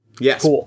Yes